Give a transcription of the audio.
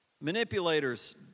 Manipulators